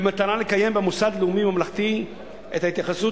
במטרה לקיים במוסד הלאומי-ממלכתי את ההתייחסות